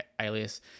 alias